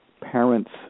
parents